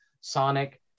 Sonic